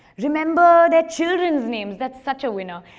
remember their children's names, that's such a winner.